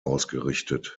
ausgerichtet